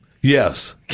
Yes